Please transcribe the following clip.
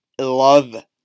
love